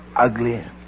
Ugly